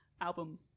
album